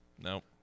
Nope